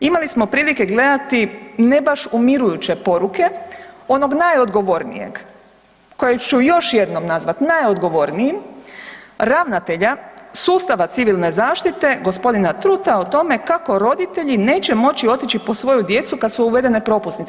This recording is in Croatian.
Imali smo prilike gledati ne baš umirujuće poruke onog najodgovornijeg kojeg ću još jednom nazvati najodgovornijim ravnatelja sustava Civilne zaštite gospodina Truta o tome kako roditelji neće moći otići po svoju djecu kad su uvedene propusnice.